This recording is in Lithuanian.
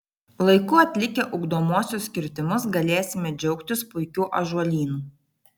laiku atlikę ugdomuosius kirtimus galėsime džiaugtis puikiu ąžuolynu